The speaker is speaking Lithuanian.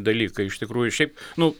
dalykai iš tikrųjų šiaip nu